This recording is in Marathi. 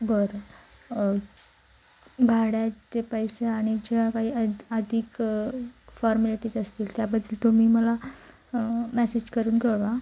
बरं भाड्याचे पैसे आणि ज्या काही अद अधीक फॉरमॅलिटीज असतील त्याबद्दल तुम्ही मला मॅसेज करून कळवा